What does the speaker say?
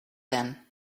then